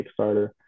Kickstarter